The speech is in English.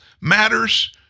matters